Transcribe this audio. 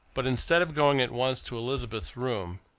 but instead of going at once to elizabeth's room,